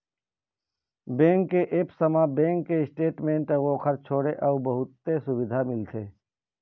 bank के apps म bank के स्टेटमेंट अउ ओखर छोड़े अउ बहुते सुबिधा मिलथे